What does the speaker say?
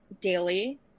daily